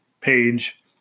page